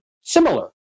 similar